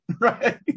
right